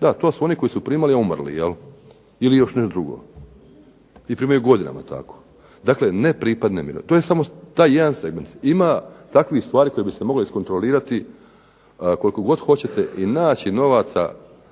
Da to su oni koji su primali a umrli, jel ili još nešto drugo i primaju godinama tako. Dakle, ne pripadne mirovine. To je samo jedan segment. Ima takvih stvari koje bi se mogle iskontrolirati koliko god hoćete i naći novaca